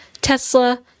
Tesla